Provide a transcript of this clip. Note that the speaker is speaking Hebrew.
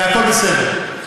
הכול בסדר.